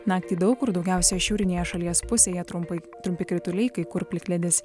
naktį daug kur daugiausiai šiaurinėje šalies pusėje trumpai trumpi krituliai kai kur plikledis